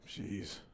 Jeez